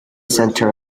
center